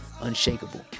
unshakable